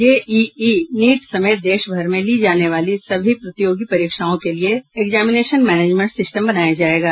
JEE NEET समेत देशभर में ली जाने वाली सभी प्रतियोगि परीक्षाओं के लिए एक्जामिनेशन मैनेजमेंट सिस्टम बनाया जायेगा